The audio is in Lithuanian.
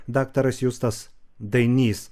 daktaras justas dainys